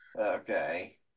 Okay